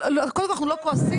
קודם כל אנחנו לא כועסים,